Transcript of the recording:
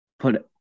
Put